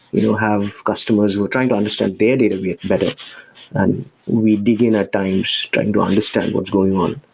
we don't have customers who are trying to understand their data get better and we dig in at times trying to understand what's going on.